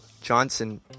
Johnson